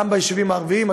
גם ביישובים הערביים.